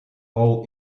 all